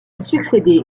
succédé